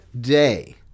day